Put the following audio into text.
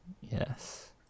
Yes